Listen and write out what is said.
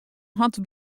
hawwe